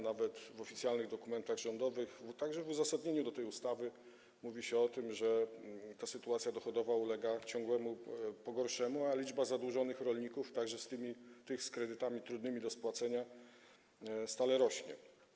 Nawet w oficjalnych dokumentach rządowych, także w uzasadnieniu tej ustawy, mówi się o tym, że sytuacja dochodowa ulega ciągłemu pogarszaniu, a liczba zadłużonych rolników, także tych z kredytami trudnymi do spłacenia, stale rośnie.